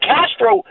Castro